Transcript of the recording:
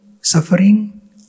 suffering